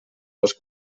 les